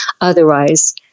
Otherwise